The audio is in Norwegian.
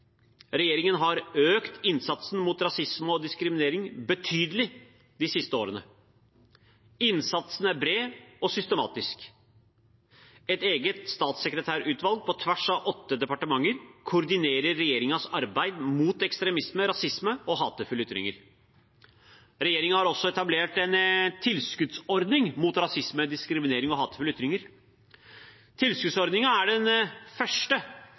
Regjeringen har økt innsatsen mot rasisme og diskriminering betydelig de siste årene. Innsatsen er bred og systematisk. Et eget statssekretærutvalg på tvers av åtte departementer koordinerer regjeringens arbeid mot ekstremisme, rasisme og hatefulle ytringer. Regjeringen har også etablert en ny tilskuddsordning mot rasisme, diskriminering og hatefulle ytringer. Tilskuddsordningen er den første